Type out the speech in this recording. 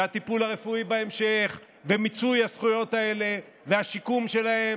והטיפול הרפואי בהמשך ומיצוי הזכויות האלה והשיקום שלהם.